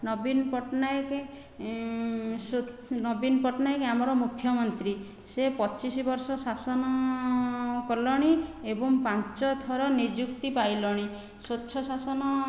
ନବୀନ ପଟ୍ଟନାୟକ ନବୀନ ପଟ୍ଟନାୟକ ଆମର ମୁଖ୍ୟମନ୍ତ୍ରୀ ସେ ପଚିଶ ବର୍ଷ ଶାସନ କଲେଣି ଏବଂ ପାଞ୍ଚ ଥର ନିଯୁକ୍ତି ପାଇଲେଣି ସ୍ୱଚ୍ଛ ଶାସନ